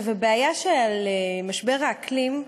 הבעיה של משבר האקלים,